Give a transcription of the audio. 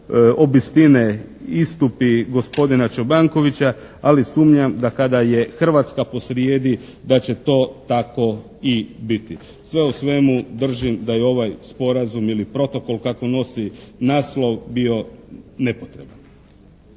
obistine istupi gospodina Čobankovića, ali sumnjam da kada je Hrvatska posrijedi da će to tako i biti. Sve u svemu držim da je ovaj Sporazum ili Protokol kako nosi naslov bio nepotreban.